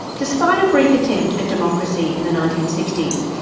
despite a brief attempt at democracy in the nineteen sixty s,